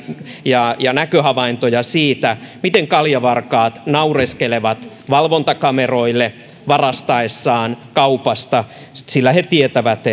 ja ja näköhavaintoja siitä miten kaljavarkaat naureskelevat valvontakameroille varastaessaan kaupasta sillä he tietävät